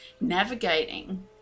navigating